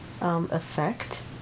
effect